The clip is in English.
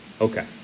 Okay